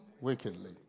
wickedly